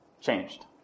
changed